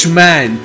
man